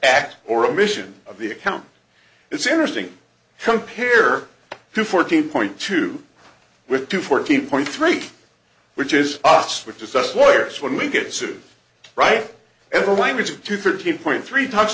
act or omission of the account it's interesting compare to fourteen point two with two fourteen point three which is us which is just lawyers when we get sued right and the language of two thirteen point three times